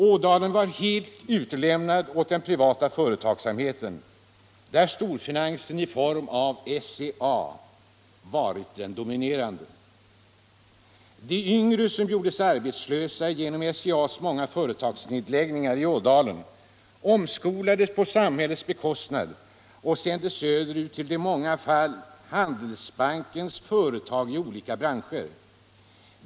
Ådalen var helt utlämnat åt den privata företagsamheten, där storfinansen i form av SCA varit den dominerande. De yngre som gjordes arbetslösa genom SCA:s många företagsnedläggningar i Ådalen omskolades på samhällets bekostnad och sändes söderut till, i många fall, Handelsbankens företag i olika branscher.